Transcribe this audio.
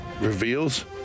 reveals